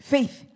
Faith